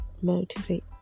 motivate